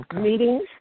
meetings